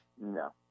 No